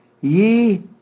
ye